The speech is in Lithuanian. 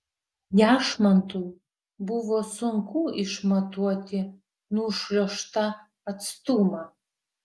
jašmontui buvo sunku išmatuoti nušliuožtą atstumą